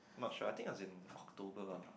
not sure I think as in October ah